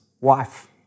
wife